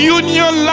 union